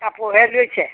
কাপোৰহে জুৰিছে